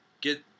get